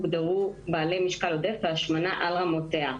הוגדרו בעלי משקל עודף והשמנה על רמותיה,